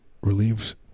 relieves